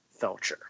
Felcher